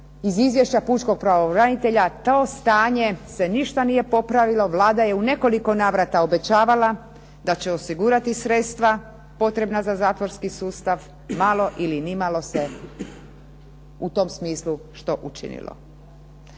iz Izvješća Pučkog pravobranitelja to stanje se ništa nije popravilo, Vlada je u nekoliko navrata obećavala da će osigurati sredstva potrebna za zatvorski sustav, malo ili ni malo se u tom smislu učinilo.